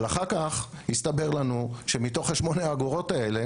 אבל אחר כך הסתבר לנו שמתוך 8 האגורות האלה